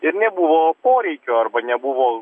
ir nebuvo poreikio arba nebuvo